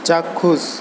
চাক্ষুষ